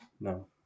No